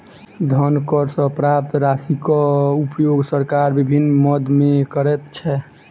धन कर सॅ प्राप्त राशिक उपयोग सरकार विभिन्न मद मे करैत छै